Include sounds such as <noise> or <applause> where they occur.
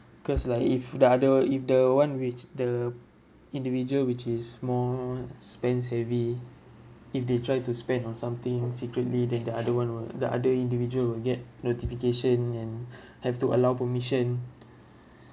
cause like if the other if the one which the individual which is more spends heavy if they tried to spend on something secretly then the other one will the other individual will get notification and <breath> have to allow permission